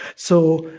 so,